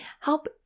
help